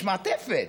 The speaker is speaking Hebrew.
יש מעטפת.